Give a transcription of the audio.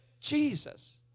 Jesus